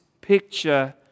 picture